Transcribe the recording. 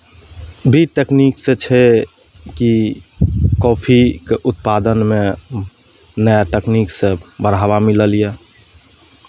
बीज तकनीकसँ छै कि कॉफीके उत्पादनमे नया तकनीकसँ बढ़ावा मिलल यए